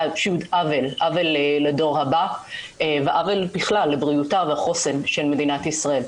עושה עוול לדור הבא ועוול בכלל לבריאותה ולחוסנה של מדינת ישראל.